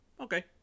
Okay